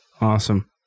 Awesome